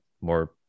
more